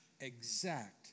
exact